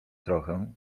trochę